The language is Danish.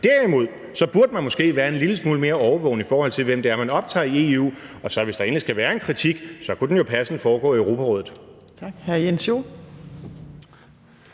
Derimod burde man måske være en lille smule mere årvågen, i forhold til hvem man optager i EU. Og hvis der endelig skulle være en kritik, kunne den jo passende foregå i Europarådet.